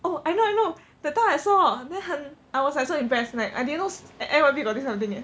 oh I know I know that time I saw then 很 I was like so impressed like I didn't know at N_Y_P got this type of thing leh